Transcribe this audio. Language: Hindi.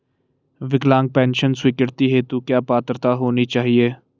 विकलांग पेंशन स्वीकृति हेतु क्या पात्रता होनी चाहिये?